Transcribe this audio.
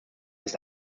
ist